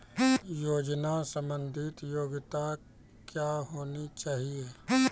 योजना संबंधित योग्यता क्या होनी चाहिए?